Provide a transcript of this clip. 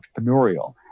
entrepreneurial